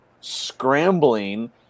scrambling